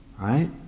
Right